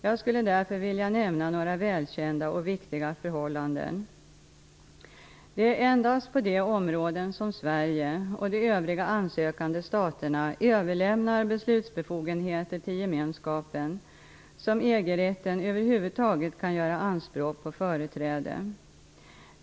Jag skulle därför vilja nämna några välkända och viktiga förhållanden. Det är endast på de områden som Sverige, och de övriga ansökande staterna, överlämnar beslutsbefogenheter till gemenskapen som EG rätten över huvud taget kan göra anspråk på företräde.